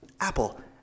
Apple